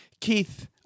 Keith